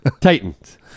Titans